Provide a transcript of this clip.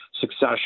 succession